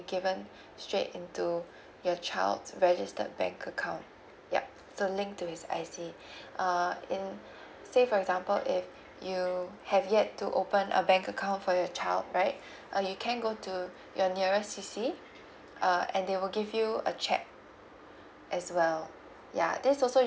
given straight into your child's registered bank account ya so linked to his I_C uh in say for example if you have yet to open a bank account for your child right uh you can go to your nearest C_C uh and they will give you a cheque as well ya this also